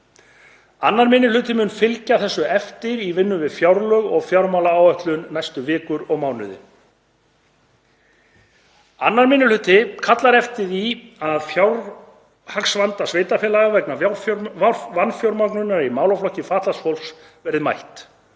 2. minni hluti mun fylgja þessu eftir í vinnu við fjárlög og fjármálaáætlun næstu vikur og mánuði. Annar minni hluti kallar eftir því að fjárhagsvanda sveitarfélaga vegna vanfjármögnunar í málaflokki fatlaðs fólks verði mætt.